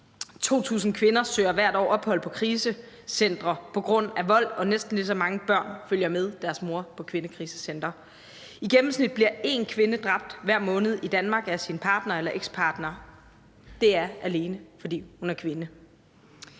2.000 kvinder søger hvert år ophold på krisecentre på grund af vold, og næsten lige så mange børn følger med deres mor på kvindekrisecentre. I gennemsnit bliver én kvinde dræbt hver måned i Danmark af sin partner eller ekspartner. Det er alene, fordi hun er kvinde.